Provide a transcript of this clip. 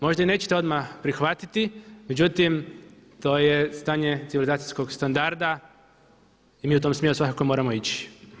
Možda i nećete odmah prihvatiti međutim to je stanje civilizacijskog standarda i mi u tom smjeru svakako moramo ići.